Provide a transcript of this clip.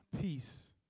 peace